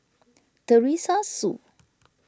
Teresa Hsu